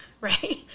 Right